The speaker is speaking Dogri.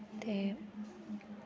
ते